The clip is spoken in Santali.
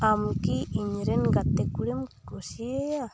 ᱟᱢᱠᱤ ᱤᱧᱨᱮᱱ ᱜᱟᱛᱮ ᱠᱩᱲᱤᱢ ᱠᱩᱥᱤᱭᱟᱭᱟ